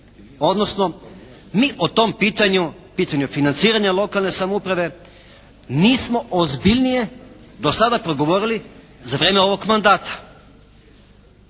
odnosno mi o tom pitanju, pitanju financiranja lokalne samouprave nismo ozbiljnije do sada progovorili za vrijeme ovog mandata.